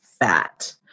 fat